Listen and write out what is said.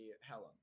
Helen